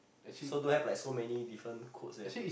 so don't have like so many different codes they have to